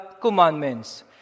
commandments